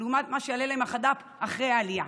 לעומת מה שיעלה להם החד"פ אחרי העלייה